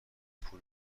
پول